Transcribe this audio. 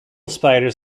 spiders